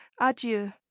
Adieu